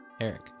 Eric